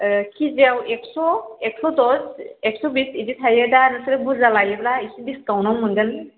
केजिआव एक्स' एक्स' दस एक्स' बिस बिदि थायो दा नोंसोर बुरजा लायोब्ला एसे डिसकाउन्टआव मोनगोन